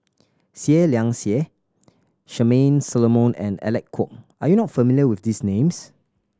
Seah Liang Seah Charmaine Solomon and Alec Kuok are you not familiar with these names